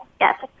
Yes